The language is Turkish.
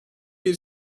bir